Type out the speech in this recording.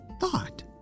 thought